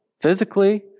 physically